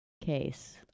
case